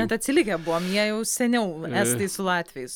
net atsilikę buvom jie jau seniau estai su latviais